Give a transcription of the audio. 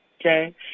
okay